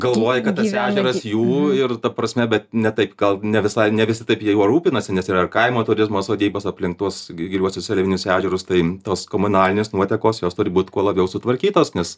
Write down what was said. galvoja kad tas ežeras jų ir ta prasme bet ne taip gal ne visai ne visi taip jie juo rūpinasi nes yra ir kaimo turizmo sodybas aplink tuos giliuosius seliavinius ežerus tai tos komunalinės nuotekos jos turi būt kuo labiau sutvarkytos nes